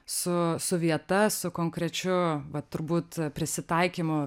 su su vieta su konkrečiu va turbūt prisitaikymu